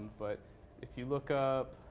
but if you look up,